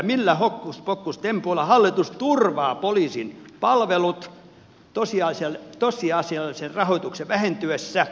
millä hokkuspokkustempuilla hallitus turvaa poliisin palvelut tosiasiallisen rahoituksen vähentyessä